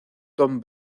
tom